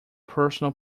personal